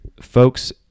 folks